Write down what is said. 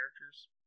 characters